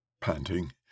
Panting